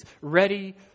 ready